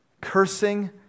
cursing